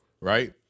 right